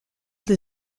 the